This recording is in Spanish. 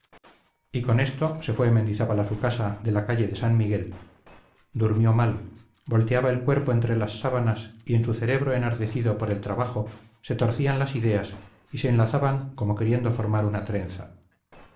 y con esto se fue mendizábal a su casa de la calle de san miguel durmió mal volteaba el cuerpo entre las sábanas y en su cerebro enardecido por el trabajo se torcían las ideas y se enlazaban como queriendo formar una trenza